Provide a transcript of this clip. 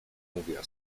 mówiła